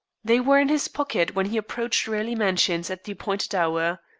they were in his pocket when he approached raleigh mansions at the appointed hour.